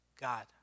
God